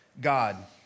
God